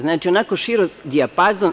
Znači, onako širok dijapazon.